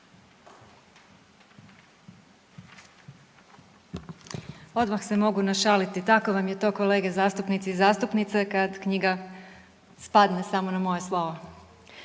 Odmah se mogu našaliti, tako vam je to kolege zastupnici i zastupnice kad knjiga spadne samo na moje slovo.